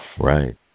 Right